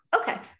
Okay